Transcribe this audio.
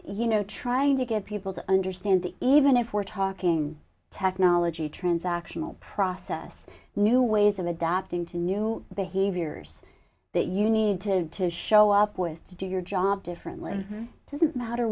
you know trying to get people to understand the even if we're talking technology transactional process new ways of adapting to new behaviors that you need to show up with to do your job differently doesn't matter